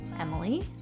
Emily